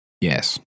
Yes